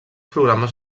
programes